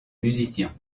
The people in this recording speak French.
musicien